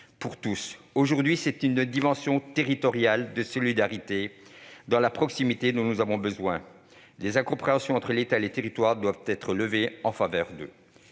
Aujourd'hui, c'est d'une dimension territoriale des solidarités dans la proximité que nous avons besoin. Des incompréhensions entre l'État et les territoires doivent être levées. Donnez